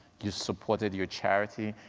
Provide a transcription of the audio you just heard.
you've supported your charity,